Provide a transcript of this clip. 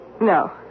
No